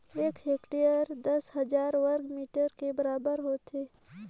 एक हेक्टेयर दस हजार वर्ग मीटर के बराबर होथे